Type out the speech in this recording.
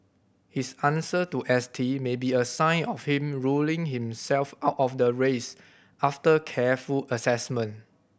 his answer to S T may be a sign of him ruling himself out of the race after careful assessment